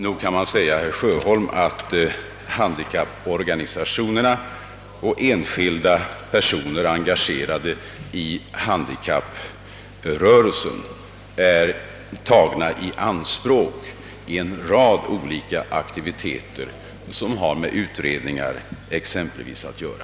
Nog kan man säga, herr Sjöholm, att handikapporganisationerna och enskilda personer, engagerade i handikapprörelsen, tagits i anspråk i en rad olika aktiviteter som har exempelvis med utredningar att göra.